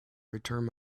returned